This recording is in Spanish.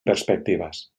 perspectivas